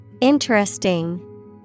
Interesting